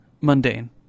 Mundane